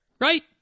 Right